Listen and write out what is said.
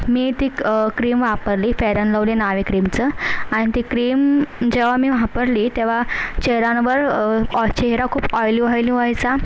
मी ती क्रीम वापरली fair and lovely नाव आहे क्रीमचं आणि ती क्रीम जेव्हा मी वापरली तेव्हा चेहऱ्यावर चेहरा खूप ऑईली ऑईली व्हायचा